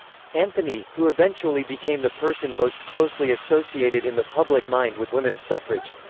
anthony, who eventually became the person most closely associated in the public mind with women's suffrage,